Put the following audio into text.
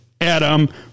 Adam